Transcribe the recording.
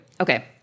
Okay